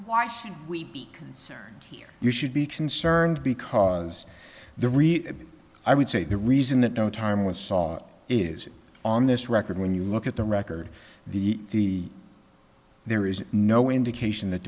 why should we be concerned here you should be concerned because the real i would say the reason the time i saw it is on this record when you look at the record the the there is no indication that